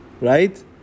right